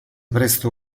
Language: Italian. presto